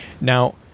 now